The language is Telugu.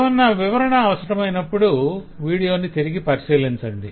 ఎమన్నా వివరణ అవసరమైనప్పుడు వీడియోని తిరిగి పరిశీలించండి